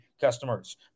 customers